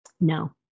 No